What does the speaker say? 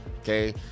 okay